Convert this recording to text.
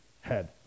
head